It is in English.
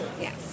Yes